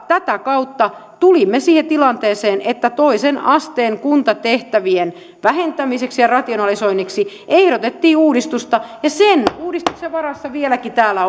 tätä kautta tulimme siihen tilanteeseen että toisen asteen kuntatehtävien vähentämiseksi ja rationalisoinniksi ehdotettiin uudistusta ja sen uudistuksen varassa vieläkin täällä